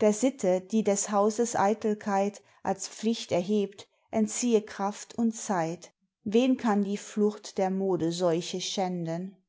der sitte die des hauses eitelkeit als pflicht erhebt entziehe kraft und zeit wen kann die flucht der modeseuche schänden